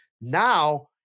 Now